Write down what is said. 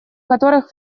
которых